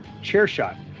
CHAIRSHOT